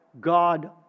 God